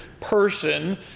person